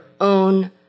own